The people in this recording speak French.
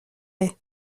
haye